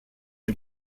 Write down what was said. les